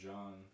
John